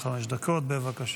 עד חמש דקות, בבקשה.